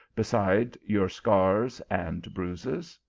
beside your scars and bruises.